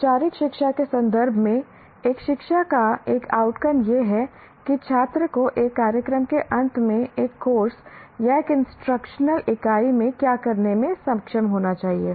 औपचारिक शिक्षा के संदर्भ में एक शिक्षा का एक आउटकम यह है कि छात्र को एक कार्यक्रम के अंत में एक कोर्स या एक इंस्ट्रक्शनल इकाई में क्या करने में सक्षम होना चाहिए